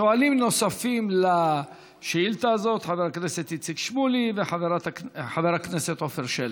שואלים נוספים בשאילתה הזאת: חבר הכנסת איציק שמולי וחבר הכנסת עפר שלח.